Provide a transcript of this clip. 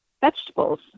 vegetables